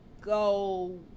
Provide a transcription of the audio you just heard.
go